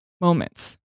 moments